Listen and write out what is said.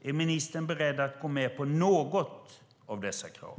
Är ministern beredd att gå med på något av dessa krav?